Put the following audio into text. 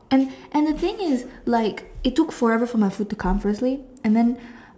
and and the thing is is like it took forever for my food to come firstly and then